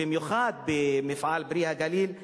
במיוחד במפעל "פרי הגליל",